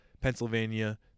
Pennsylvania